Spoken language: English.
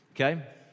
Okay